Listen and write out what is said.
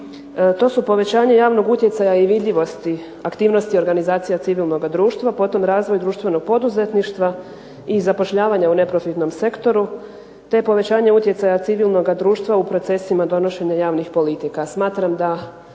To su povećanje javnog utjecaja i vidljivosti aktivnosti organizacija civilnoga društva, potom razvoj društvenog poduzetništva i zapošljavanje u neprofitnom sektoru te povećanje utjecaja civilnoga društva u procesima donošenja javnih politika.